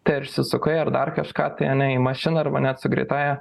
tai ar išsisukai ar dar kažką tai ane į mašiną arba net su greitąja